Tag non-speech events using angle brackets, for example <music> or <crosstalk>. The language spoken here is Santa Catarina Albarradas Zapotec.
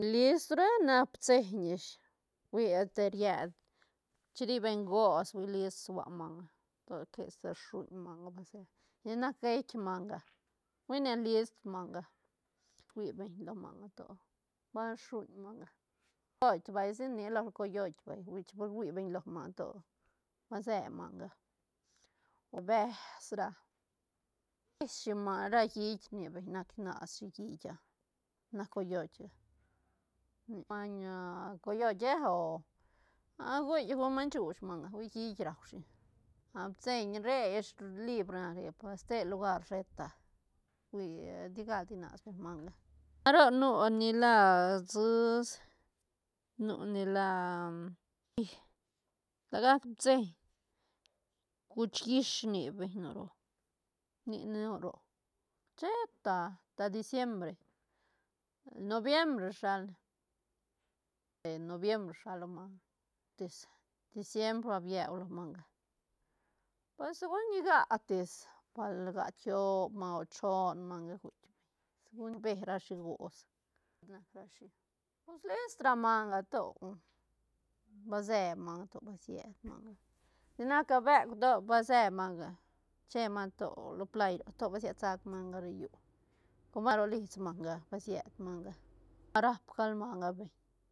List ru eh nac pitseiñ ish hui te riet chin ri beñ gots hui list sua manga to quesi rshuñ manga vase ten nac geitk manga hui ne list manga hui beñ lo manga to ba shuñ manga <unintelligible> bal sinela cotoit vay hui bal rui beñ lo manga to ba se manga o besh ra resh shi ma ra hiit rni beñ nac nashi hiit ah nac coyoit ga ni maiñ <hesitation> coyoit eh o ah a guitk maiñ shuuch manga hui hiit raushi a pitseiñ re ish libra nac re bal ste te lugar sheta hui digalni inas beñ manga roc nu ni la suust nu ni la <unintelligible> lagac pitseiñ cuch llish rni beñ nu roc ni nu roc sheta ta diciembre, noviembre shalne, noviembre shal lo manga dis- diciembr ba bieu lo manga pues huieñ ga tis bal ga tiop manga choon manga guitk segun be rashi gots <unintelligible> sic nac rashi pues list ra manga to base manga to ba siet manga si na ca beuk to ba se manga che manga to lo play to ba siet sac manga ro llu com ba ro lis manga ba siet manga, rap gal manga beñ